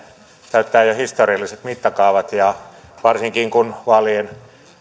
täyttää jo jo historialliset mittakaavat ja varsinkin kun